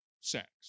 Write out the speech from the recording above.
sex